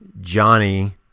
Johnny